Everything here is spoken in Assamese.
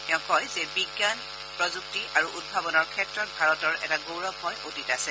তেওঁ কয় যে বিজ্ঞান প্ৰযুক্তি আৰু উদ্ভাৱনৰ ক্ষেত্ৰত ভাৰতৰ এটা গৌৰৱময় অতীত আছে